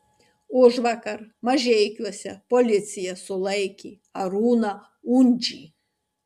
užvakar mažeikiuose policija sulaikė arūną undžį